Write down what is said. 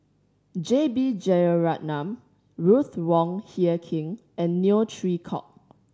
J B Jeyaretnam Ruth Wong Hie King and Neo Chwee Kok